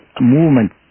movement